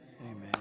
Amen